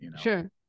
Sure